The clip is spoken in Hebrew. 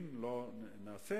אם לא נעשה,